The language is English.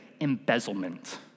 embezzlement